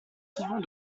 souvent